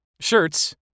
shirts